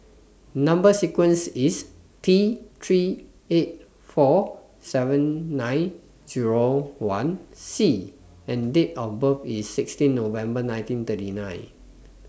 Number sequence IS T three eight four seven nine Zero one C and Date of birth IS sixteen November nineteen thirty nine